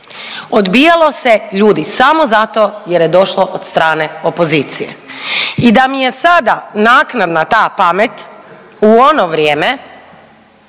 Odbijalo se ljudi samo zato jer je došlo od strane opozicije i da mi je sada naknadna ta pamet u ono vrijeme